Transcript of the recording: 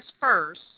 first